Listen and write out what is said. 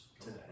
today